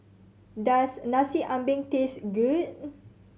does Nasi Ambeng taste good